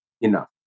enough